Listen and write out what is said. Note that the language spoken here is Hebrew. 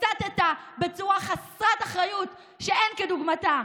הסתָּ בצורה חסרת אחריות שאין כדוגמתה,